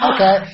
Okay